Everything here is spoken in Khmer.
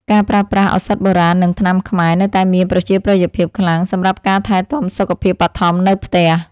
ការប្រើប្រាស់ឱសថបុរាណ និងថ្នាំខ្មែរនៅតែមានប្រជាប្រិយភាពខ្លាំងសម្រាប់ការថែទាំសុខភាពបឋមនៅផ្ទះ។